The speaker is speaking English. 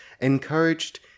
encouraged